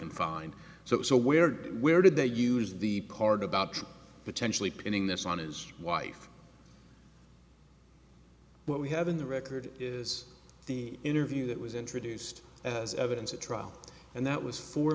and find so so where where did they use the part about potentially pinning this on his wife what we have in the record is the interview that was introduced as evidence at trial and that was four